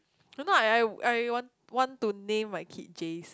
don't know I I I want want to name my kid Jays